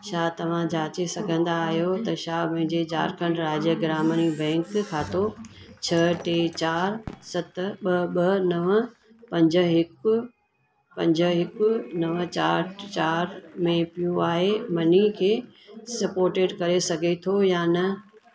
छा तव्हां जाचे सघंदा आहियो त छा मुंहिंजे झारखण्ड राज्य ग्रामीण बैंक खातो छ्ह टे चार सत ॿ ॿ नवं पंज हिकु पंज हिकु नवं चार चार में प्यूआएमनी खे सपोर्टेड करे सघे थो या न